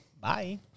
Bye